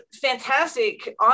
fantastic